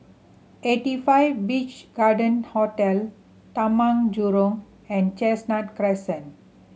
Eighty Five Beach Garden Hotel Taman Jurong and Chestnut Crescent